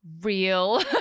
real